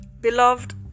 beloved